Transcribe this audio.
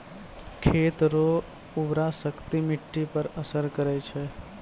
खेत रो उर्वराशक्ति मिट्टी पर असर करै छै